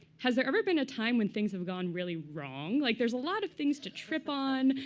has there ever been a time when things have gone really wrong? like, there's a lot of things to trip on.